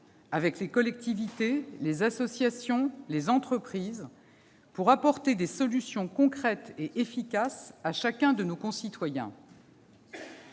avec les collectivités, les associations et les entreprises pour apporter des solutions concrètes et efficaces à chacun de nos concitoyens.